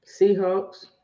Seahawks